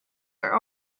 were